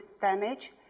damage